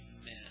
Amen